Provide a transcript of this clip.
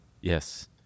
Yes